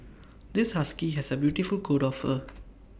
this husky has A beautiful coat of fur